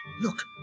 Look